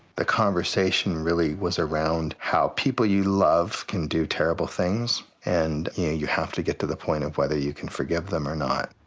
the conversation really was around how people you love can do terrible things, and, you know, you have to get to the point of whether you can forgive them or not.